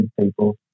people